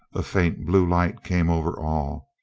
a faint blue light came over all,